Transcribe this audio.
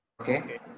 Okay